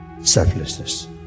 selflessness